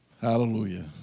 Hallelujah